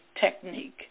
technique